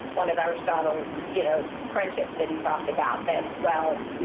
one of aristotle's you know friendships that he talked about. that, wow,